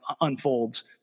unfolds